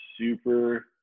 super